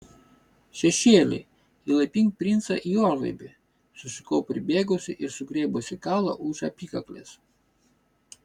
šešėli įlaipink princą į orlaivį sušukau pribėgusi ir sugriebusi kalą už apykaklės